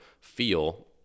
feel